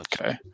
Okay